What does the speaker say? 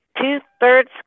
two-thirds